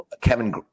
Kevin